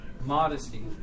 modesty